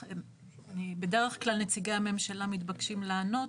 בדרך כלל נציגי הממשלה מתבקשים לענות.